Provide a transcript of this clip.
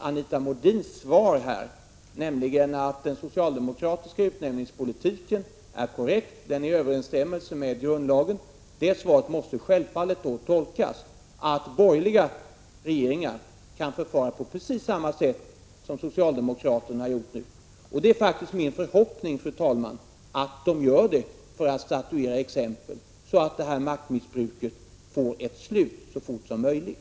Anita Modins svar, att den socialdemokratiska utnämningspolitiken är korrekt och i överensstämmelse med grundlagen, måste då självfallet tolkas på ett sådant sätt att borgerliga regeringar kan förfara på precis samma sätt som socialdemokraterna har gjort nu. Och det är faktiskt min förhoppning, fru talman, att de gör det för att statuera exempel, så att detta maktmissbruk får ett slut så fort som möjligt.